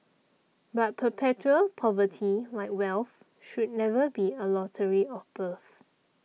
but perpetual poverty like wealth should never be a lottery of birth